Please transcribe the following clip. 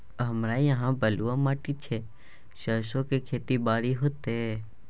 हमरा यहाँ बलूआ माटी छै सरसो के खेती बारी होते?